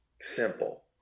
Simple